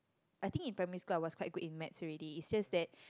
I think in primary school I was quite good in maths already it's just that